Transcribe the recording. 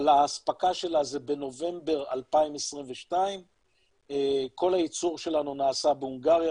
אבל ההספקה שלה זה בנובמבר 2022. כל הייצור שלנו נעשה בהונגריה,